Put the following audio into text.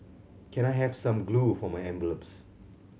can I have some glue for my envelopes